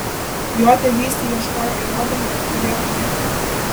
jo tėvystei ieškojo įrodymų kad galėtų gerbti